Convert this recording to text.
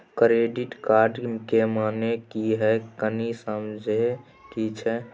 Credit card के माने की हैं, कनी समझे कि छि?